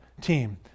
team